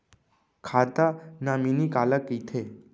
खाता नॉमिनी काला कइथे?